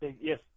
Yes